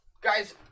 Guys